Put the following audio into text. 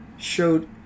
Showed